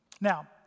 now